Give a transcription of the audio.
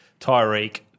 Tyreek